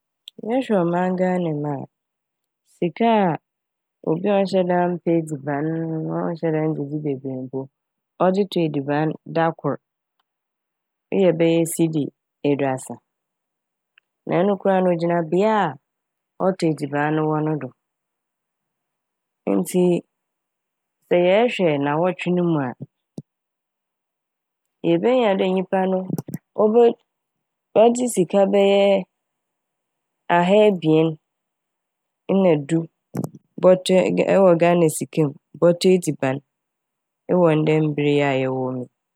Mehwɛ ɔman Ghana mu a sika a obi a ɔnnhyɛ daa mmpɛ edziban ɔnhyɛ daa nndzidzi bebree mpo ɔdze tɔ edziban da kor eyɛ bɛyɛ sidi eduasa a na ɛno koraa no ogyina bea ɔtɔ edziban no wɔ do. Ntsi sɛ yɛɛhwɛ naawɔtwe ne mu a yebenya dɛ nyimpa no obo - ɔdze sika bɛyɛɛ ahaebien nna du bɔtɔ - ewɔ Ghana sika m' bɔtɔ edziban ewɔ ndɛ mber yi a yɛwɔ mu yi.